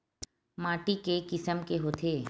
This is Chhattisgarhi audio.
माटी के किसम के होथे?